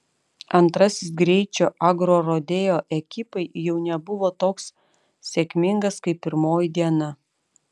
antrasis greičio agrorodeo ekipai jau nebuvo toks sėkmingas kaip pirmoji diena